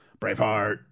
Braveheart